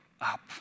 up